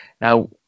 Now